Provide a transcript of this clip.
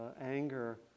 anger